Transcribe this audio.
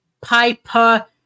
Piper